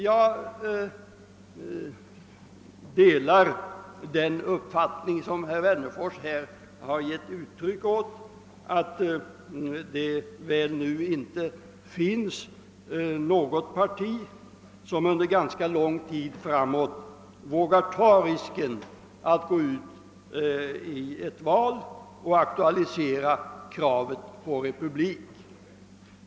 Jag delar den uppfattning som herr Wennerfors givit uttryck åt, att det under rätt lång tid framåt väl inte kommer att finnas något parti som vågar ta risken att gå ut i ett val och aktualisera kravet på republik.